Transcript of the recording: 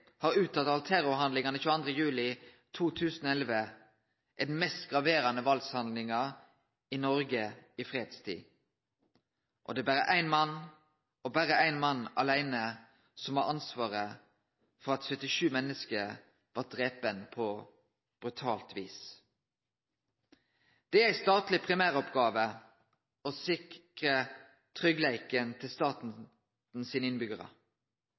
har uttalt at terrorhandlingane 22. juli 2011 er den mest graverande valdshandlinga i Noreg i fredstid. Det er berre ein mann – og berre ein mann aleine – som har ansvaret for at 77 menneske blei drepne på brutalt vis. Det er ei statleg primæroppgåve å sikre tryggleiken til staten sine